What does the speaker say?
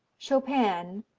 chopin,